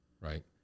right